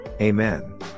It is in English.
Amen